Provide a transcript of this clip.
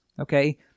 okay